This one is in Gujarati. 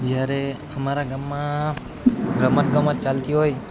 જ્યારે અમારા ગામમાં રમત ગમત ચાલતી હોય